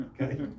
okay